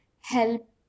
help